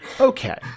Okay